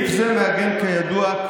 גדי, אם תמשיכו להפריע לי, אני אבקש עוד זמן.